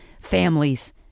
families